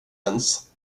ens